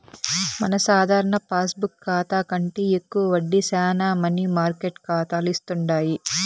మన సాధారణ పాస్బుక్ కాతా కంటే ఎక్కువ వడ్డీ శానా మనీ మార్కెట్ కాతాలు ఇస్తుండాయి